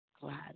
glad